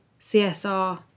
CSR